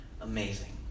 amazing